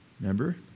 Remember